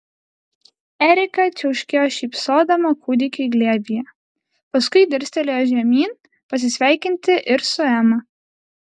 erika čiauškėjo šypsodama kūdikiui glėbyje paskui dirstelėjo žemyn pasisveikinti ir su ema